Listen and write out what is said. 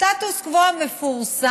הסטטוס קוו המפורסם,